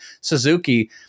Suzuki